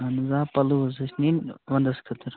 اہن حظ آ پَلو حظ ٲسۍ نِنۍ ونٛدس خٲطر